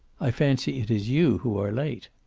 i fancy it is you who are late.